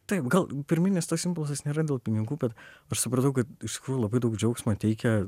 taip gal pirminis impulsas nėra dėl pinigų bet aš supratau kad iš tikrųjų labai daug džiaugsmo teikia